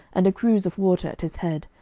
and a cruse of water at his head.